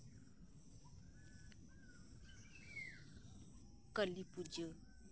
ᱠᱟᱹᱞᱤ ᱯᱩᱡᱟᱹ